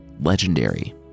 legendary